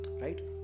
right